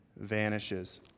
vanishes